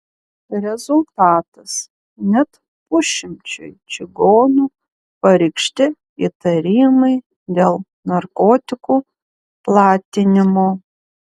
rezultatas net pusšimčiui čigonų pareikšti įtarimai dėl narkotikų platinimo